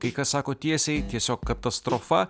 kai kas sako tiesiai tiesiog katastrofa